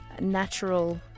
Natural